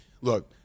Look